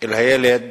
אל הילד